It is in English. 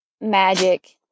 magic